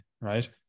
right